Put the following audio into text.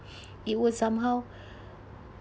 it will somehow